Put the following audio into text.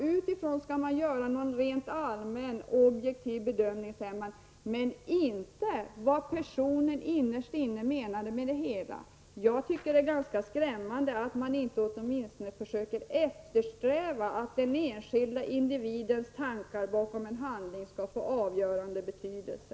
Utifrån skall man göra en rent allmän, objektiv bedömning, säger man, men inte om vad personen innerst inne menade med det hela. Jag tycker det är ganska skrämmande att man inte åtminstone eftersträvar att den enskilde individens tankar bakom en handling skall få avgörande betydelse.